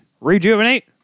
rejuvenate